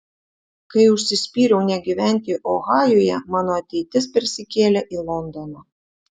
kai užsispyriau negyventi ohajuje mano ateitis persikėlė į londoną